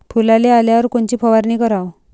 फुलाले आल्यावर कोनची फवारनी कराव?